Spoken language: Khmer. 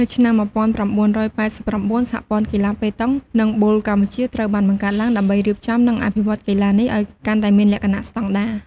នៅឆ្នាំ ១៩៨៩ សហព័ន្ធកីឡាប៉េតង់ និងប៊ូលកម្ពុជាត្រូវបានបង្កើតឡើង ដើម្បីរៀបចំ និងអភិវឌ្ឍកីឡានេះឱ្យកាន់តែមានលក្ខណៈស្តង់ដារ។